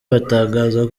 batangaza